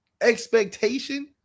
expectation